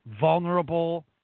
vulnerable